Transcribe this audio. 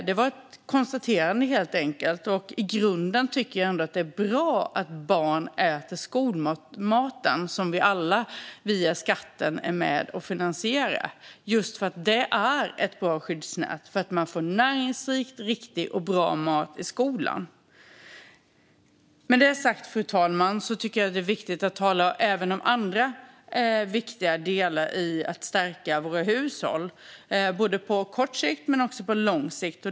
Det var helt enkelt ett konstaterande. I grunden tycker jag att det är bra att barn äter skolmaten, som vi alla via skatten är med och finansierar. Skolmaten är ett bra skyddsnät; man får näringsrik, riktig och bra mat i skolan. Med detta sagt, fru talman, tycker jag att det är viktigt att tala även om andra delar i att stärka våra hushåll både på kort och på lång sikt.